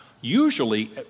Usually